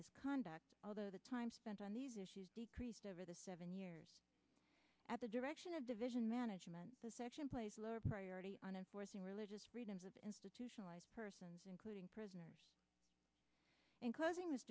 misconduct although the time spent on these issues decreased over the seven years at the direction of division management the section plays lower priority on enforcing religious freedoms of institutionalized persons including prisoners in closing this